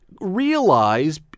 realize